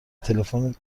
تلفن